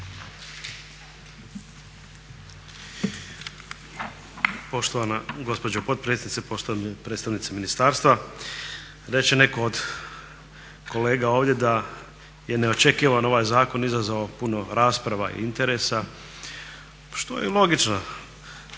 Poštovana gospođo potpredsjednice, poštovani predstavnici ministarstva. Reći će netko od kolega ovdje da je neočekivano ovaj zakon izazvao puno rasprava i interesa što je i logično.